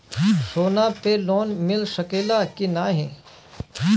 सोना पे लोन मिल सकेला की नाहीं?